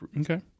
Okay